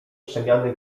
przemiany